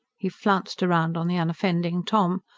he flounced round on the unoffending tom.